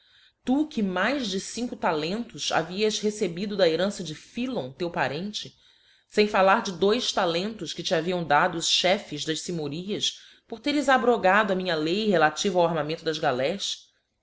tu que mais de cinco talentos havias recebido da herança de philon teu parente fem f aliar de dois talentos que te haviam dado os chefes das fynunorias por teres abrogado a minha lei relativa ao armamento das galés